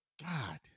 God